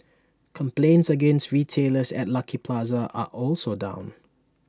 complaints against retailers at Lucky Plaza are also down